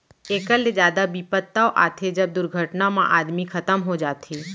एकर ले जादा बिपत तव आथे जब दुरघटना म आदमी खतम हो जाथे